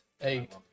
eight